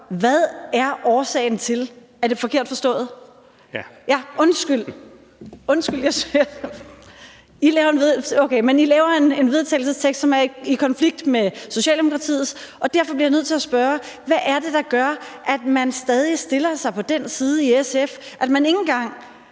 at spørge: ... Er det forkert forstået? (Carl Valentin (SF): Ja!) Undskyld! Men I laver et forslag til vedtagelse, som er i konflikt med Socialdemokratiets, og derfor bliver jeg nødt til at spørge: Hvad er det, der gør, at man stadig i SF stiller sig på den side, hvor man ikke engang